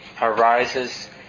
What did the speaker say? arises